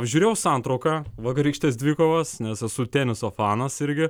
žiūrėjau santrauką vakarykštės dvikovos nes esu teniso fanas irgi